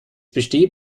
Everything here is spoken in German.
besteht